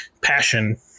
passion